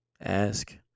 ask